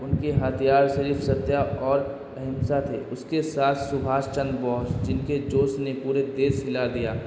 ان کے ہتھیار صرف ستیا اور اہمسا تھے اس کے ساتھ سبھاش چند بوس جن کے جوش نے پورے دیس کو دہلا دیا